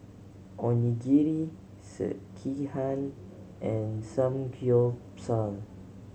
Onigiri Sekihan and Samgyeopsal